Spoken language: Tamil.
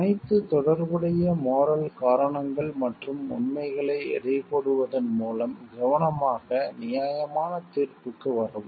அனைத்து தொடர்புடைய மோரல் காரணங்கள் மற்றும் உண்மைகளை எடைபோடுவதன் மூலம் கவனமாக நியாயமான தீர்ப்புக்கு வரவும்